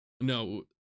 no